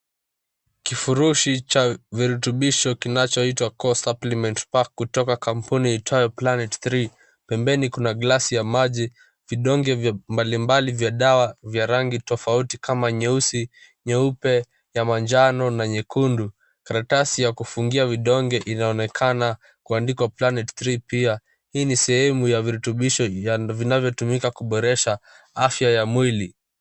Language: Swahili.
Kifurushi cha virutubisho kinachoitwa, "Core Supplement Pack", kutoka kampuni iitwayo, "Planet 3". Pembeni kuna glass ya maji, vidonge vya mbalimbali vya dawa vya rangi tofauti kama; nyeusi, nyeupe, ya manjano na nyekundu. Karatasi ya kufungia vidonge inaonekana kuandikwa, "Planet 3" pia. Hii ni sehemu ya virutubisho vinavyotumika kuboresha afya ya mwili.